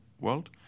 world